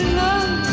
love